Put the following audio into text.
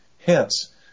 Hence